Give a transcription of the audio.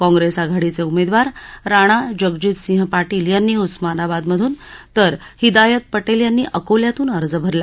काँप्रेस आघाडीचे उमेदवार राणा जगजीतसिंह पाटील यांनी उस्मानाबादमधून तर हिदायत पटेल यांनी अकोल्यातून अर्ज भरला